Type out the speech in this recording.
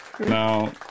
Now